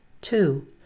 Two